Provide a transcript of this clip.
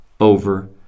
over